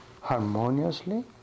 harmoniously